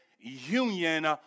union